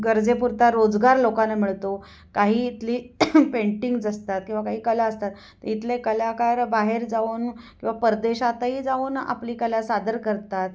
गरजेपुरता रोजगार लोकांना मिळतो काही इथली पेंटिंग्ज असतात किंवा काही कला असतात तर इथले कलाकार बाहेर जाऊन किंवा परदेशातही जाऊन आपली कला सादर करतात